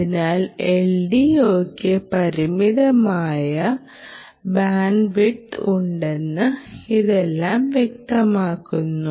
അതിനാൽ LDOയ്ക്ക് പരിമിതമായ ബാൻഡ്വിഡ്ത്ത് ഉണ്ടെന്ന് ഇതെല്ലാം വ്യക്തമാക്കുന്നു